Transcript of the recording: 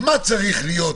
מה צריך להיות,